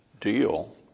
deal